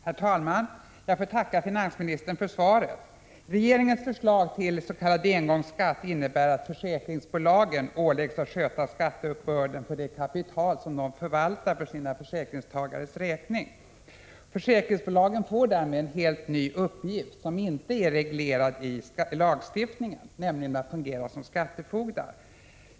Herr talman! Jag får tacka finansministern för svaret. 6 november 1986 Regeringens förslag till s.k. engångsskatt innebär att försäkringsbolagen = Zu sa åläggs att sköta skatteuppbörden för det kapital som de förvaltar för sina försäkringstagares räkning. Försäkringsbolagen får därmed 'en helt ny uppgift som inte är reglerad i lagstiftningen, nämligen att fungera som skattefogdar.